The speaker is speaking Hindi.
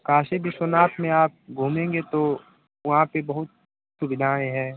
काशी विश्वनाथ में आप घूमेंगे तो वहाँ पर बहुत सुविधाएँ हैं